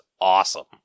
awesome